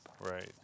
right